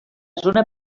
zona